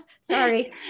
Sorry